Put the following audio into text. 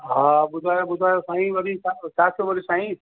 हा ॿुधायो ॿुधायो साईं वरी छा छा थियो साईं